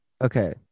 Okay